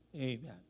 Amen